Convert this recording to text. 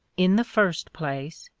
in the first place,